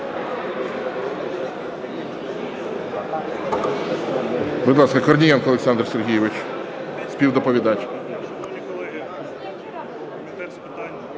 Будь ласка, Корнієнко Олександр Сергійович – співдоповідач.